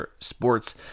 Sports